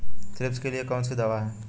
Thrips के लिए कौन सी दवा है?